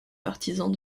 partisans